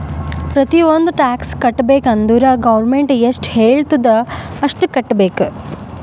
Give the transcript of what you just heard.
ಪ್ರತಿ ಒಂದ್ ಟ್ಯಾಕ್ಸ್ ಕಟ್ಟಬೇಕ್ ಅಂದುರ್ ಗೌರ್ಮೆಂಟ್ ಎಷ್ಟ ಹೆಳ್ತುದ್ ಅಷ್ಟು ಕಟ್ಟಬೇಕ್